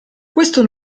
questo